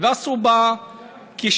ועשו בה כבשלהם.